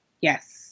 Yes